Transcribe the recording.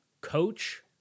coach